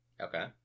okay